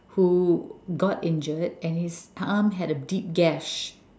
who got injured and his thumb had a deep gash